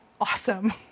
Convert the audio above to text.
awesome